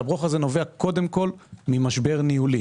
הברוך הזה נובע בעיקר ממשבר ניהולי.